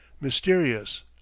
mysterious